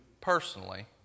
personally